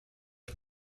are